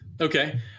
Okay